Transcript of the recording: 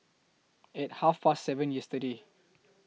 At Half Past seven yesterday